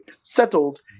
settled